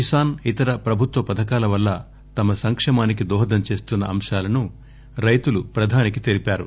కిసాన్ ఇతర ప్రభుత్వ పథకాల వల్ల తమ సంకేమానికి దోహదం చేస్తున్న అంశాలను రైతులు ప్రధానికి తెలిపారు